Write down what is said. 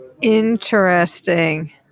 Interesting